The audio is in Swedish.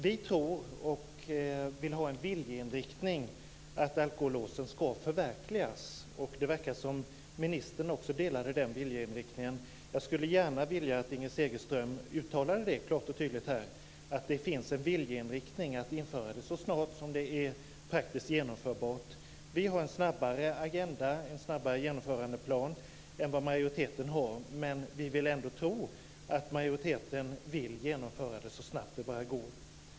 Vi vill ha en viljeinriktning om att alkolåsen ska förverkligas, och det verkar som att ministern också instämde i den viljeinriktningen. Jag skulle gärna vilja att Inger Segelström uttalade klart och tydligt att det finns en viljeinriktning att införa alkolås så snart som det är praktiskt genomförbart. Vi har en snabbare genomförandeplan än vad majoriteten har, men vi vill ändå tro att majoriteten vill genomföra det så snabbt som det bara går.